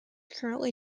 currently